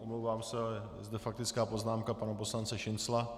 Omlouvám se, je zde faktická poznámka pana poslance Šincla.